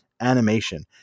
animation